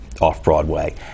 Off-Broadway